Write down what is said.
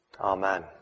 Amen